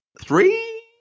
three